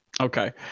Okay